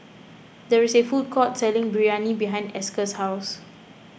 there is a food court selling Biryani behind Esker's house